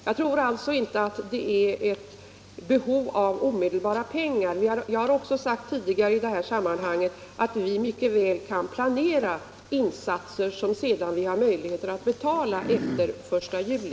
Jag tror inte att det föreligger något omedelbart behov av mera pengar, och som jag sagt i dessa sammanhang tidigare kan vi mycket väl planera insatser som vi betalar efter den 1 juli.